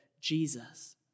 Jesus